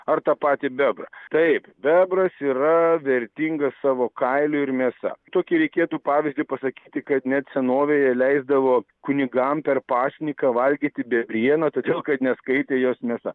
ar tą patį bebrą taip bebras yra vertingas savo kailiu ir mėsa tokį reikėtų pavyzdį pasakyti kad net senovėje leisdavo kunigam per pasniką valgyti bebrieną todėl kad neskaitė jos mėsa